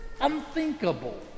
Unthinkable